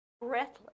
breathless